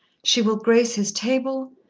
she will grace his table,